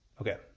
Okay